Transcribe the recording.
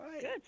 Good